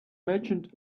merchant